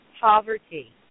poverty